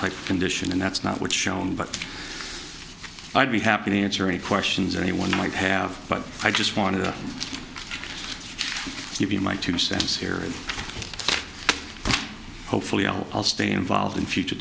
type of condition and that's not what's shown but i'd be happy to answer any questions anyone might have but i just wanted to give you my two cents here hopefully i'll stay involved in future